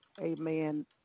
Amen